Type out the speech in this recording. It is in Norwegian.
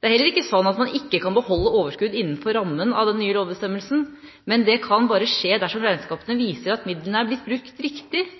Det er heller ikke slik at man ikke kan beholde overskudd innenfor rammen av den nye lovbestemmelsen, men det kan bare skje dersom regnskapene viser at midlene er blitt brukt riktig,